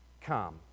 come